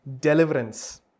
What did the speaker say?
Deliverance